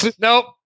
Nope